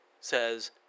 Says